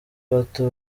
bato